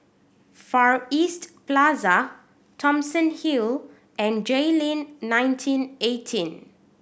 Far East Plaza Thomson Hill and Jayleen nineteen eighteen